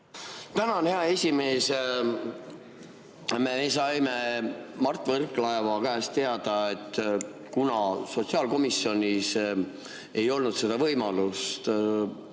Tänan, hea esimees! Me saime Mart Võrklaeva käest teada, et kuna sotsiaalkomisjonis ei olnud võimalust